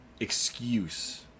excuse